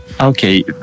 Okay